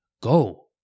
Go